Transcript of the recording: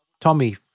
Tommy